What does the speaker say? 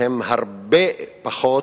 היום הרבה פחות.